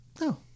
no